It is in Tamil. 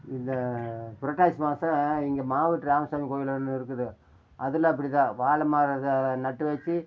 இந்த புரட்டாசி மாசம் இங்கே மாவெட்டு ராமசாமி கோயில் ஒன்று இருக்குது அதில் அப்படிதான் வாழ மரத்தை நட்டு வச்சு